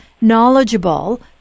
knowledgeable